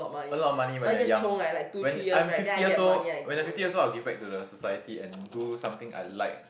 earn a lot of money when you're young when I'm fifty years old when I'm fifty years old I'll give back to the society and do something I like